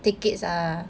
tickets ah